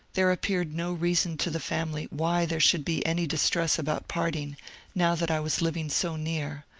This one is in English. there appeared no reason to the family why there should be any distress about parting now that i was living so near,